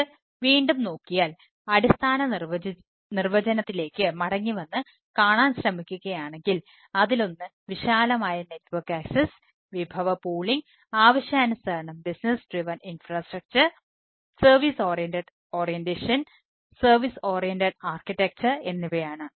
ഇത് വീണ്ടും നോക്കിയാൽ അടിസ്ഥാന നിർവചനത്തിലേക്ക് മടങ്ങിവന്ന് കാണാൻ ശ്രമിക്കുകയാണെങ്കിൽ അതിലൊന്ന് വിശാലമായ നെറ്റ്വർക്ക് ആക്സസ് എന്നിവയാണ്